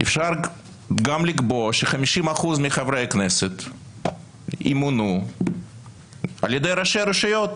אפשר גם לקבוע ש-50% מחברי הכנסת ימונו על ידי ראשי רשויות,